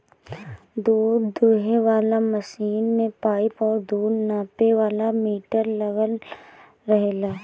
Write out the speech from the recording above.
दूध दूहे वाला मशीन में पाइप और दूध नापे वाला मीटर लागल रहेला